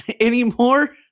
anymore